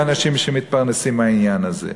אנשים שמתפרנסים מהעניין הזה.